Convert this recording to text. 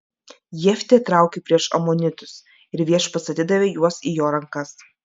jeftė traukė prieš amonitus ir viešpats atidavė juos į jo rankas